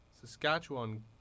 Saskatchewan